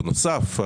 בנוסף,